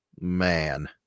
man